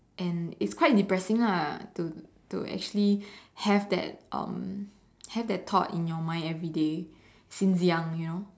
and it's quite depressing lah to to actually have that um have that thought in your mind everyday since young you know